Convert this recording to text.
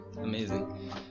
amazing